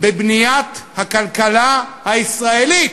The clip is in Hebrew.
בבניית הכלכלה הישראלית.